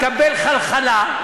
מקבל חלחלה,